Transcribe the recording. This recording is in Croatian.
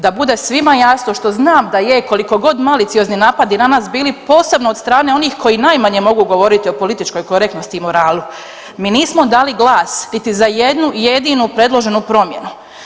Da bude svima jasno, što znam da je, koliko god maliciozni napadi na nas bili, posebno od strane onih koji najmanje mogu govoriti o političkoj korektnosti i moralu, mi nismo dali glas niti za jednu jedinu predloženu promjenu.